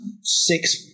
six